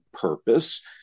purpose